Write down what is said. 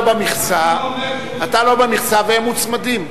מה, אתה לא במכסה, והם מוצמדים.